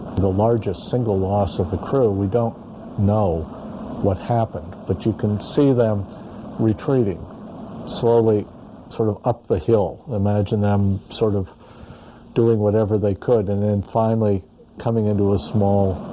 the largest single loss of the crew we don't know what happened but you can see them retreating slowly sort of up the hill imagine them sort of doing whatever they could and then finally coming into a small?